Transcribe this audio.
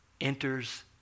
enters